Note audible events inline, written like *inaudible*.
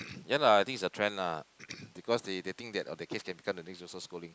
ya lah I think it's a trend lah *coughs* because they they think their all kids can become the next Joseph-Schooling